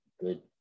good